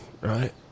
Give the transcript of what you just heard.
Right